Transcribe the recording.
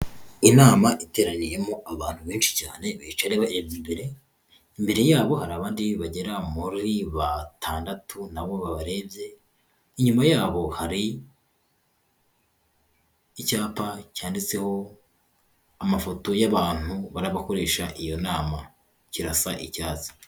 Inama iteraniyemo abantu benshi cyane bicara barebye imbere, imbere yabo hari abandi bagera muri batandatu nabo babarebye. Inyuma yabo hari icyapa cyanditseho amafoto y'abantu barabakoresha iyo nama, kirasa icyatsi.